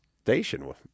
station